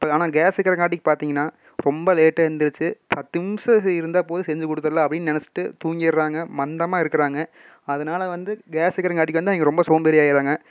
இப்போ ஆனால் கேஸு இருக்கிறங்காட்டி பார்த்திங்கன்னா ரொம்ப லேட்டாக எழுந்துருச்சி பத்து நிமிஷம் இருந்தால் போதும் செஞ்சு கொடுத்துட்லாம் அப்படின் நினச்சிட்டு தூங்கிடுறாங்க மந்தமாக இருக்கிறாங்க அதனால வந்து கேஸ் இருக்கிறங்காட்டிக்கு வந்து அங்கே ரொம்ப சோம்பேறியாக ஆயிடுறாங்க